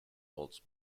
holds